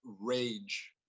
rage